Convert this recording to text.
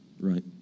Right